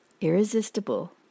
irresistible